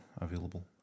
available